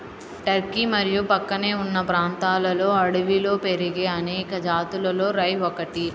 Turkey మరియు ప్రక్కనే ఉన్న ప్రాంతాలలో అడవిలో పెరిగే అనేక జాతులలో రై ఒకటి